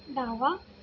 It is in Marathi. डावा